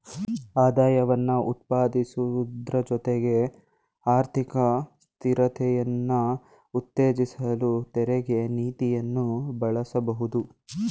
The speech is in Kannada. ಆದಾಯವನ್ನ ಉತ್ಪಾದಿಸುವುದ್ರ ಜೊತೆಗೆ ಆರ್ಥಿಕ ಸ್ಥಿರತೆಯನ್ನ ಉತ್ತೇಜಿಸಲು ತೆರಿಗೆ ನೀತಿಯನ್ನ ಬಳಸಬಹುದು